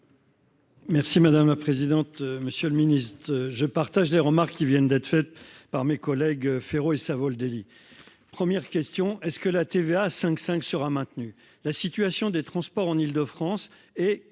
Merci madame la présidente, monsieur le ministre, je partage les remarques qui viennent d'être faites par mes collègues Féroé. Savoldelli, première question, est-ce que la TVA à 5 5 sera maintenu. La situation des transports en Île-de-France est catastrophique.